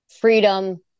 freedom